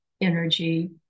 energy